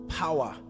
power